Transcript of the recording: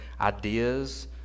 ideas